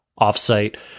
offsite